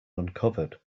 uncovered